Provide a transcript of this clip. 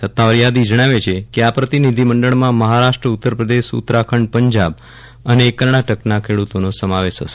સત્તાવાર યાદી જજ્ઞાવે છે કે આ પ્રતિનિધિમંડળમાં મહારાષ્ટ્ર ઉત્તરપ્રદેશ ઉત્તરાખંડ પંજાબ અને કર્ણાટકના ખેડૂતોનો સમાવેશ હશે